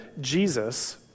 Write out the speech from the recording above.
Jesus